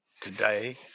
today